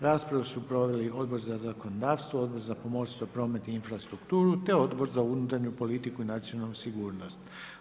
Raspravu su proveli Odbor za zakonodavstvo, Odbor za pomorstvo, prometa i infrastrukturu, te Odbor za unutarnju politiku i nacionalnu sigurnost.